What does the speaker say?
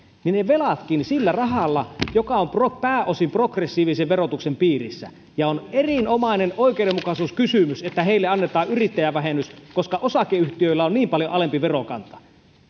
ne velatkin sillä rahalla joka on pääosin progressiivisen verotuksen piirissä ja on erinomainen oikeudenmukaisuuskysymys että heille annetaan yrittäjävähennys koska osakeyhtiöillä on niin paljon alempi verokanta